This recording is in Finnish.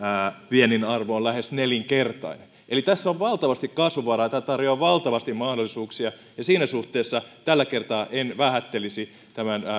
viennin arvo on lähes nelinkertainen eli tässä on valtavasti kasvunvaraa ja tämä tarjoaa valtavasti mahdollisuuksia ja siinä suhteessa tällä kertaa en vähättelisi tämän